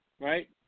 right